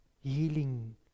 healing